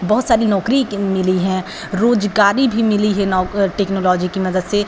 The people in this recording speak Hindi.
बहुत सारी नौकरी मिली हैं रोज़गारी भी मिली है नौक टेक्नोलॉजी की मदद से